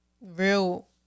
real